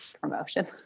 promotion